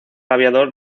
aviador